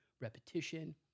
repetition